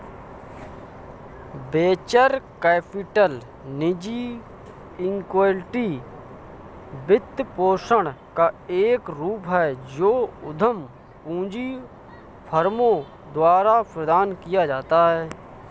venture capital निजी equity वित्तपोषण का एक रूप है जो उद्यम पूंजी फर्मों द्वारा प्रदान किया जाता है